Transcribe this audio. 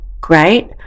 great